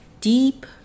deep